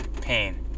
Pain